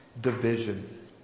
division